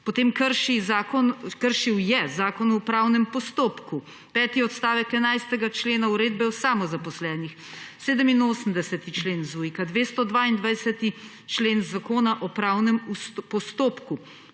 potem je kršil Zakon o pravnem postopku, peti odstavek 11. člena uredbe o samozaposlenih, 87. člen ZUJIK, 222. člen zakona o pravnem postopku,